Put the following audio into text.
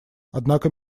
однако